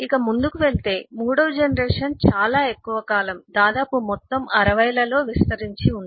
ఇక ముందుకు వెళితే మూడవ జనరేషన్ చాలా ఎక్కువ కాలం దాదాపు మొత్తం 60 లలో విస్తరించి ఉంది